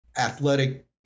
athletic